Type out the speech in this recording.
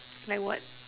like what